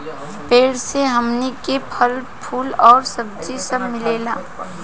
पेड़ से हमनी के फल, फूल आ सब्जी सब मिलेला